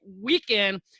weekend